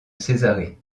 césarée